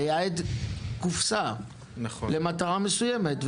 לייעד קופסה למטרה מסוימת,